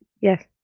yes